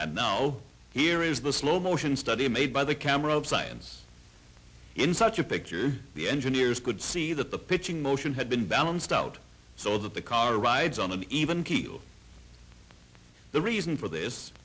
and now here is the slow motion study made by the camera of science in such a picture the engineers could see that the pitching motion had been balanced out so that the car rides on an even keel the reason for this